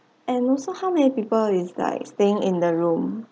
and also how many people is like staying in the room